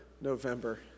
November